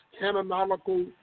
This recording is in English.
canonical